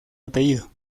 apellido